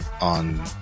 on